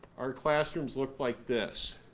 our classrooms looked like this.